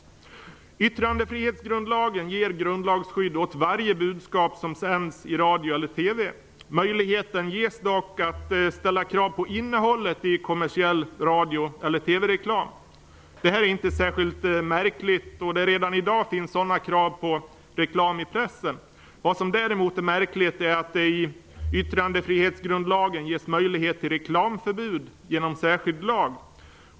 Yttrandefrihetsgrundlagen ger grundlagsskydd åt varje budskap som sänds i radio eller TV. Möjligheten ges dock att ställa krav på innehållet i kommersiell radio eller TV-reklam. Detta är dock inte särskilt märkligt, då det redan i dag finns sådana krav på reklam i pressen. Vad som däremot är märkligt är att det i yttrandefrihetsgrundlagen ges möjlighet till reklamförbud genom särskild lag.